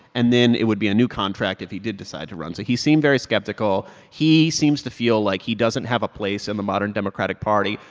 and then it would be a new contract if he did decide to run. so he seemed very skeptical. he seems to feel like he doesn't have a place in the modern democratic party,